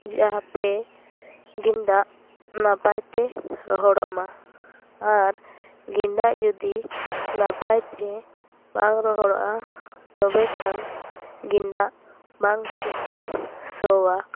ᱡᱟᱦᱟᱸᱛᱮ ᱜᱮᱸᱫᱟᱜ ᱱᱟᱯᱟᱭᱛᱮ ᱨᱚᱦᱚᱲᱚᱜ ᱢᱟ ᱟᱨ ᱜᱮᱸᱫᱟᱜ ᱡᱩᱫᱤ ᱱᱟᱯᱟᱭ ᱛᱮ ᱵᱟᱝ ᱨᱚᱦᱚᱲᱚᱜᱼᱟ ᱛᱚᱵᱮ ᱠᱷᱟᱱ ᱜᱮᱸᱫᱟᱜ ᱵᱟᱝ ᱴᱷᱤᱠᱜᱮ ᱥᱚᱭᱟ